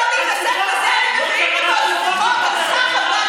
במקום להתעסק בזה, חצופה.